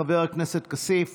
אחת של חבר הכנסת כסיף,